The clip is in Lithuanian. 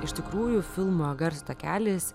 iš tikrųjų filmo garso takelis